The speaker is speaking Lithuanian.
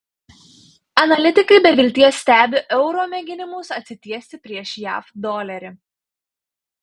analitikai be vilties stebi euro mėginimus atsitiesti prieš jav dolerį